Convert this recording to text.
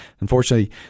Unfortunately